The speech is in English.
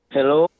Hello